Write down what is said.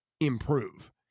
improve